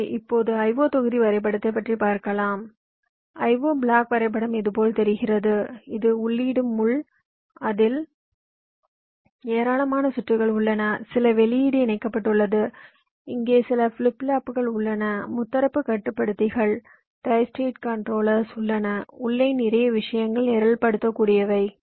எனவே இப்போது IO தொகுதி வரைபடத்தைப் பற்றி பார்க்கலாம் எனவே IO பிளாக் வரைபடம் இதுபோல் தெரிகிறது இது உள்ளீட்டு முள் அதில் ஏராளமான சுற்றுகள் உள்ளன சில வெளியீடு இணைக்கப்பட்டுள்ளது இங்கே சில ஃபிளிப் ஃப்ளாப்புகள் உள்ளன முத்தரப்பு கட்டுப்படுத்திகள் உள்ளன உள்ளே நிறைய விஷயங்கள் நிரல்படுத்தக்கூடியவை